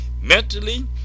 mentally